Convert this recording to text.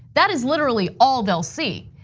that is literally all they'll see.